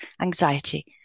anxiety